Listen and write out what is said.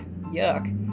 yuck